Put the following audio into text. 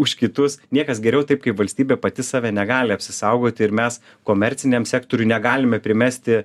už kitus niekas geriau taip kaip valstybė pati save negali apsisaugoti ir mes komerciniam sektoriui negalime primesti